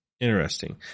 Interesting